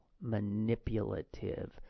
manipulative